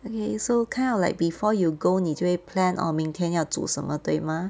okay so kind of like before you go 你就会 plan orh 明天要煮什么对吗